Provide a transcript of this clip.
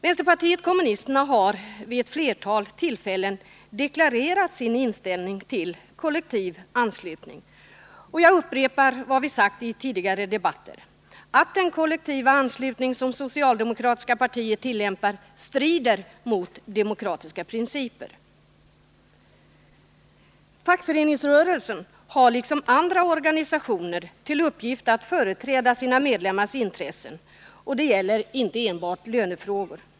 Vänsterpartiet kommunisterna har vid ett flertal tillfällen deklarerat sin inställning till kollektiv anslutning. Jag upprepar vad vi sagt i tidigare debatter, nämligen att den kollektiva anslutning som det socialdemokratiska partiet tillämpar strider mot demokratiska principer. Fackföreningsrörelsen har liksom andra organisationer till uppgift att företräda sina medlemmars intressen, och det gäller inte enbart lönefrågor.